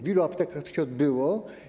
W ilu aptekach to się odbyło?